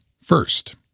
First